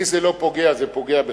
בי זה לא פוגע, זה פוגע בך.